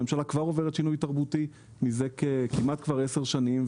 הממשלה כבר עוברת שינוי תרבותי מזה כמעט כבר עשר שנים.